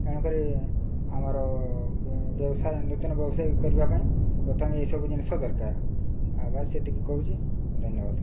ତେଣୁକରି ଆମର ବ୍ୟବସାୟ ନୂତନ ବ୍ୟବସାୟ କରିବା ପାଇଁ ପ୍ରଥମେ ଏହିସବୁ ଜିନିଷ ଦରକାର ଆଉ ବାସ୍ ସେତିକି କହୁଛି ଧନ୍ୟବାଦ